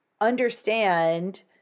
understand